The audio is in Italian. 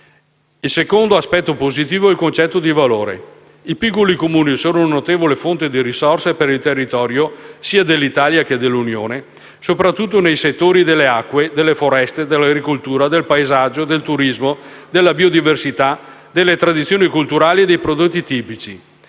Il secondo aspetto positivo è il concetto di valore: i piccoli Comuni sono una notevole fonte di risorse per il territorio, sia dell'Italia che dell'Unione, soprattutto nei settori delle acque, delle foreste, dell'agricoltura, del paesaggio, del turismo, della biodiversità, delle tradizioni culturali e dei prodotti tipici.